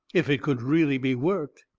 if it could really be worked.